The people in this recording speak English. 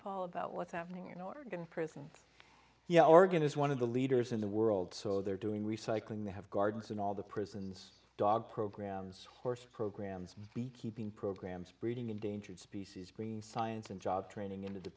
paul about what's happening in oregon prison yeah oregon is one of the leaders in the world so they're doing recycling they have guards in all the prisons dog programs horse programs beekeeping programs breeding endangered species green science and job training into the